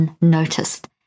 unnoticed